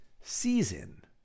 season